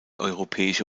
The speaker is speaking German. europäische